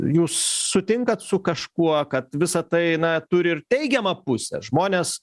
jūs sutinkat su kažkuo kad visa tai na turi ir teigiamą pusę žmonės